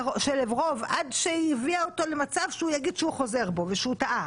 לברוב עד שהיא הביאה אותו למצב שהוא יגיד שהוא חוזר בו ושהוא טעה,